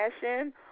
fashion